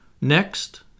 Next